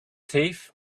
thief